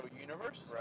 universe